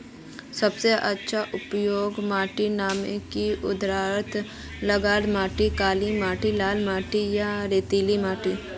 सबसे अच्छा उपजाऊ माटिर नाम की उदाहरण जलोढ़ मिट्टी, काली मिटटी, लाल मिटटी या रेतीला मिट्टी?